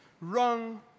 wrong